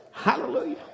Hallelujah